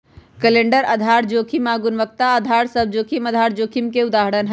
calendar आधार जोखिम आऽ गुणवत्ता अधार सभ जोखिम आधार जोखिम के उदाहरण हइ